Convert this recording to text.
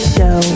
Show